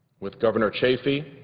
with governor chafee,